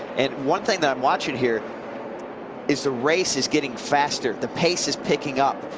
and one thing i'm watching here is the race is getting faster. the pace is picking up.